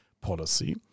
policy